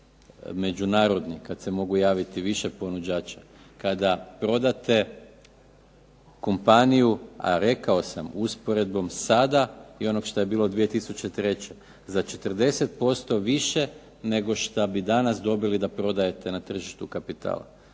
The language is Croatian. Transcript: natječaj međunarodni kad se mogu javiti više ponuđača, kada prodate kompaniju, a rekao sam usporedbom sada i onog što je bilo 2003. za 40% više nego što bi danas dobili da prodajete na tržištu kapitala.